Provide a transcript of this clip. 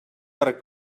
per